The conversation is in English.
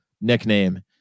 Nickname